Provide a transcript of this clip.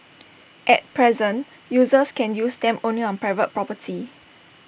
at present users can use them only on private property